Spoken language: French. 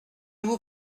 vous